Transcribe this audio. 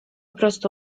prostu